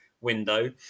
window